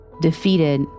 Defeated